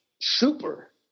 super